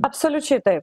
absoliučiai taip